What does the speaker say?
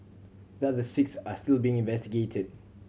the other six are still being investigated